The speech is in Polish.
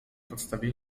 podstawie